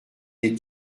des